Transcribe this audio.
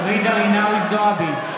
ג'ידא רינאוי זועבי,